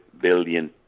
billion